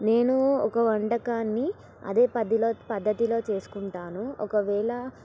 నేను ఒక వంటకాన్ని అదే పధిలో పద్ధతిలో చేసుకుంటాను ఒకవేళ